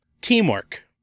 Teamwork